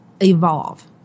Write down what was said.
evolve